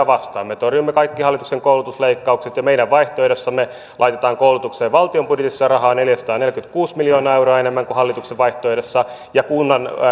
vastaan me torjumme kaikki hallituksen koulutusleikkaukset ja meidän vaihtoehdossamme laitetaan koulutukseen valtion budjetissa rahaa neljäsataaneljäkymmentäkuusi miljoonaa euroa enemmän kuin hallituksen vaihtoehdossa ja kunnan